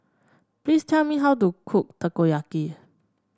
please tell me how to cook Takoyaki